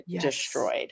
destroyed